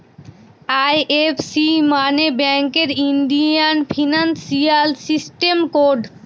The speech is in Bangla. এই.এফ.সি মানে ব্যাঙ্কের ইন্ডিয়ান ফিনান্সিয়াল সিস্টেম কোড